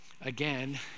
again